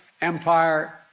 empire